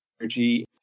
energy